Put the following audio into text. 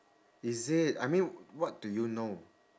is it I mean what do you know